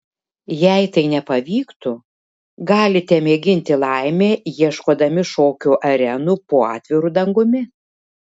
jei tai nepavyktų galite mėginti laimę ieškodami šokių arenų po atviru dangumi